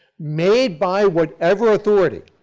made by whatever authority.